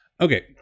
okay